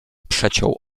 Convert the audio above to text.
przeciął